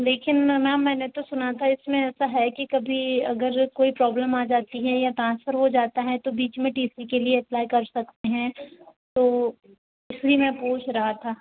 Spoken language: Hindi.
लेकिन मैम मैंने तो सुना था इसमें ऐसा है कि कभी अगर कोई प्रॉब्लम आ जाती है या ट्रांसफर हो जाता है तो बीच में टी सी के लिए अप्लाई कर सकते हैं तो इसलिए मैं पूछ रहा था